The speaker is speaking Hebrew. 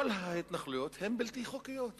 כל ההתנחלויות הן בלתי חוקיות,